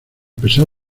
pesar